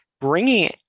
Bringing